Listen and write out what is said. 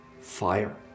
fire